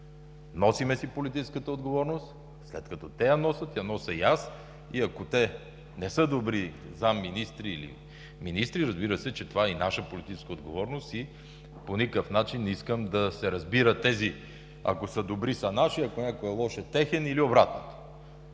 Носим си политическата отговорност“. След като те я носят, я нося и аз. Ако те не са добри заместник-министри или министри, разбира се, че това е и наша политическа отговорност. По никакъв начин не искам да се разбира: тези, ако са добри, са наши – ако някой е лош, е техен или обратното.